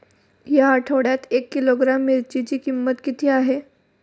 या आठवड्यात एक किलोग्रॅम मिरचीची किंमत किती आहे?